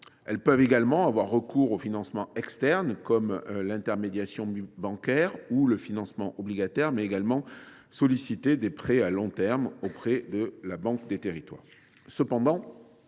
collectivités, avoir recours aux financements externes, comme l’intermédiation bancaire ou le financement obligataire, voire solliciter des prêts de long terme auprès de la Banque des territoires.